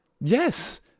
Yes